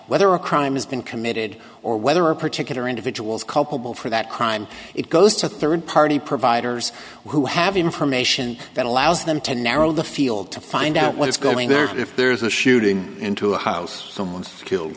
whether a crime has been committed or whether a particular individual's culpable for that crime it goes to third party providers who have information that allows them to narrow the field to find out what is going there if there's a shooting into a house someone's kill